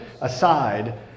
aside